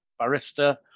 barista